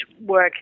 work